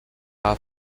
are